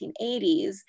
1980s